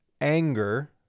anger